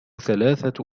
ثلاثة